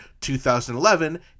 2011